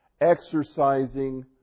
exercising